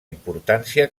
importància